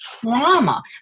trauma